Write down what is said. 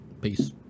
Peace